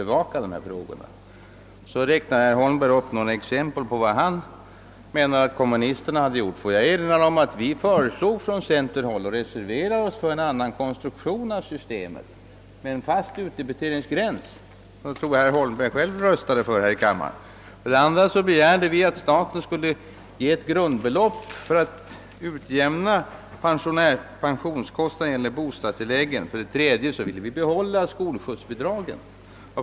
Herr Holmberg räknade därefter upp exempel på vad han menade att kommunisterna hade gjort. Får jag då erinra om att vi på centerhåll för det första föreslog och reserverade oss för en annan konstruktion av systemet — med en fast utdebiteringsgräns, som jag tror att herr Holmberg själv röstade för här i kammaren. För det andra begärde vi att staten skulle ge ett grundbelopp för att utjämna pensionskostnaderna när det gäller bostadstilläggen. För det tredje ville vi att skolskjutsbidragen skulle bibehållas.